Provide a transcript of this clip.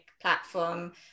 platform